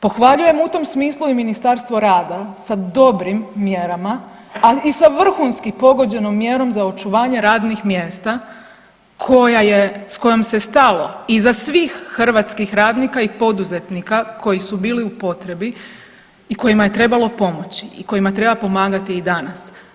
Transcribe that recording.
Pohvaljujem u tom smislu i Ministarstvo rada sa dobrim mjerama, a i sa vrhunski pogođenom mjerom za očuvanje radnih mjesta koja je, s kojom se stalo iza svih hrvatskih radnika i poduzetnika koji su bili u potrebi i kojima je trebalo pomoći i kojima treba pomagati i danas.